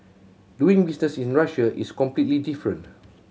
doing business in Russia is completely different